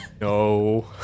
No